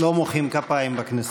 לא מוחאים כפיים בכנסת.